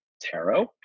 tarot